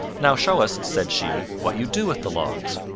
now show us, said she, what you do with the logs.